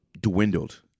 dwindled